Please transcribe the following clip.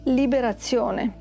liberazione